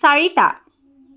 চাৰিটা